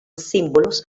símbolos